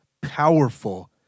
powerful